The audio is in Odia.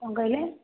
କଣ କହିଲେ